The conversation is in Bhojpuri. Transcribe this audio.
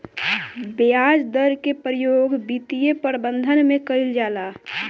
ब्याज दर के प्रयोग वित्तीय प्रबंधन में कईल जाला